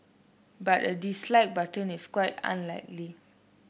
but a dislike button is quite unlikely